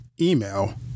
email